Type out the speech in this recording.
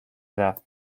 edad